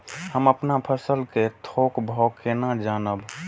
हम अपन फसल कै थौक भाव केना जानब?